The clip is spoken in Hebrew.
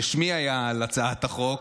שמי היה על הצעת החוק,